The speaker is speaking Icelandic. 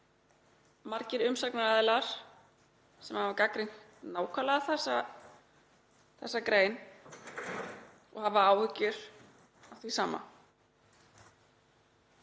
margir umsagnaraðilar sem hafa gagnrýnt nákvæmlega þessa grein og hafa áhyggjur því sama.